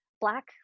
black